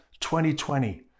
2020